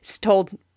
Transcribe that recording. told